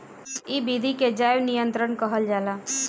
इ विधि के जैव नियंत्रण कहल जाला